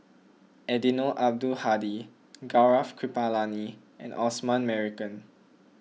Eddino Abdul Hadi Gaurav Kripalani and Osman Merican